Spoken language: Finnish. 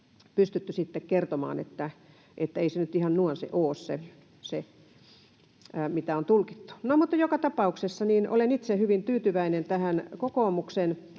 pystytty kertomaan, että ei se nyt ihan noin ole, se, mitä on tulkittu. Mutta joka tapauksessa olen itse hyvin tyytyväinen kokoomuksen